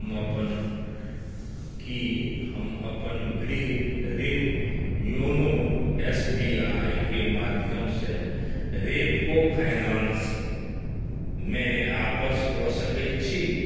की हम अपन गृह ऋण योनो एस बी आई के माध्यमसँ रेपको फाइनेंसमे आपस कऽ सकैत छी